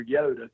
Yoda